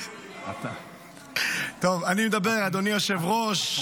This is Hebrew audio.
אדוני היושב-ראש,